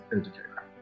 educator